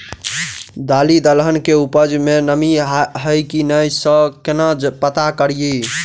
दालि दलहन केँ उपज मे नमी हय की नै सँ केना पत्ता कड़ी?